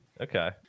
Okay